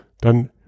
dann